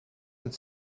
uns